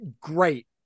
great